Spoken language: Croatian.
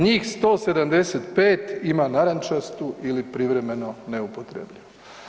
Njih 175 ima narančastu ili privremeno neupotrebljivu.